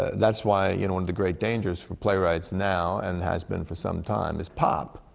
that's why you know, one of the great dangers for playwrights now, and has been for some time, is pop.